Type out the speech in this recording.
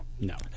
No